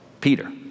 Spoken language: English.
Peter